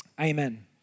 Amen